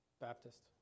Baptist